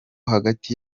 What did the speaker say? hagati